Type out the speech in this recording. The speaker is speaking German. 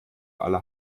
aller